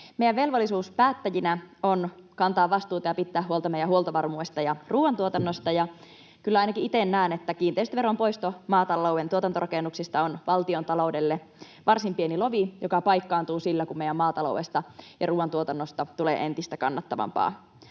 Meidän velvollisuus päättäjinä on kantaa vastuuta ja pitää huolta meidän huoltovarmuudesta ja ruoantuotannosta, ja kyllä ainakin itse näen, että kiinteistöveron poisto maatalouden tuotantorakennuksista on valtiontaloudelle varsin pieni lovi, joka paikkaantuu, kun meidän maataloudesta ja ruoantuotannosta tulee entistä kannattavampaa.